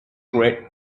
great